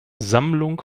sammlung